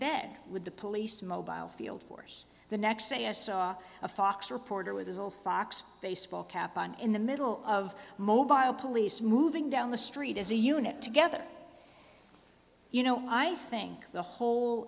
bed with the police mobile field force the next day i saw a fox reporter with his old fox baseball cap on in the middle of mo by a police moving down the street as a unit together you know i think the whole